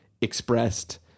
expressed